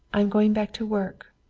i am going back to work.